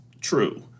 True